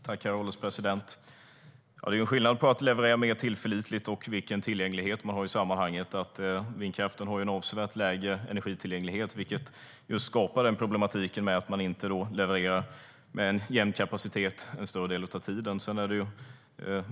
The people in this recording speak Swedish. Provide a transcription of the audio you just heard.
Herr ålderspresident! Det är skillnad på att leverera mer tillförlitligt och att det ska finnas tillgänglighet. Vindkraften har en avsevärt lägre energitillgänglighet, vilket skapar problem eftersom den inte levererar med jämn kapacitet större delen av tiden.